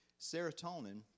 serotonin